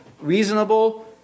reasonable